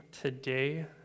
today